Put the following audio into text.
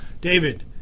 David